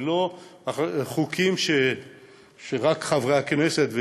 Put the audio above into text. זה לא חוקים שרק חברי הכנסת,